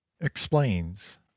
explains